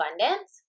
abundance